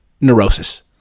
neurosis